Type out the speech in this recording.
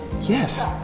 Yes